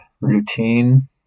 routine